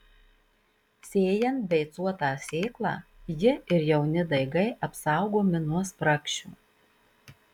sėjant beicuotą sėklą ji ir jauni daigai apsaugomi nuo spragšių